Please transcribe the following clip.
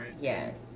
Yes